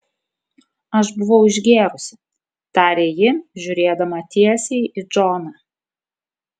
aš buvau išgėrusi tarė ji žiūrėdama tiesiai į džoną